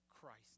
Christ